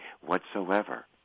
whatsoever